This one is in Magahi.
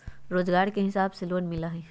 रोजगार के हिसाब से लोन मिलहई?